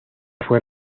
fue